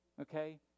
okay